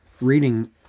Reading